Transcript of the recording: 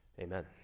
Amen